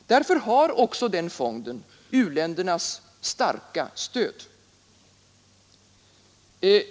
Därför har också fonden u-ländernas starka stöd.